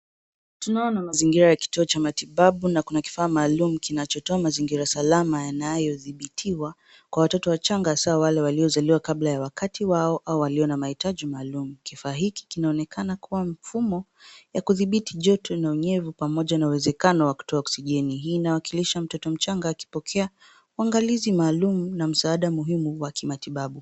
Tunaona mazingira ya kituo cha matibabu na kuna kifaa maalum kinachotoa mazingira salama yanayodhibitiwa kwa watoto wachanga hasa wale waliozaliwa kabla ya wakati wao au walio na mahitaji maalum. Kifaa hiki kinaonekana kua mfumo ya kudhibiti joto na unyevu pamoja na uwezekano wa kutoa oksijeni. Hii inawakilisha mtoto mchanga akipokea uangalizi maalum na msaada muhimu wa kimatibabu.